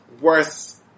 worse